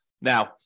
Now